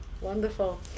Wonderful